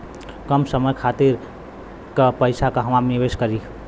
कम समय खातिर के पैसा कहवा निवेश करि?